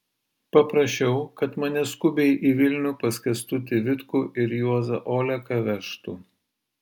paprašiau kad mane skubiai į vilnių pas kęstutį vitkų ir juozą oleką vežtų